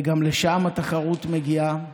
וגם לשם התחרות מגיעה,